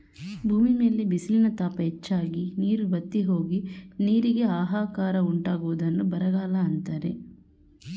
ಭೂಮಿ ಮೇಲೆ ಬಿಸಿಲಿನ ತಾಪ ಹೆಚ್ಚಾಗಿ, ನೀರು ಬತ್ತಿಹೋಗಿ, ನೀರಿಗೆ ಆಹಾಕಾರ ಉಂಟಾಗುವುದನ್ನು ಬರಗಾಲ ಅಂತರೆ